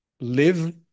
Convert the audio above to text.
live